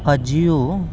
अज्ज ई ओह्